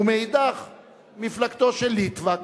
ומאידך גיסא, מפלגתו של ליטבק.